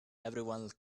everyone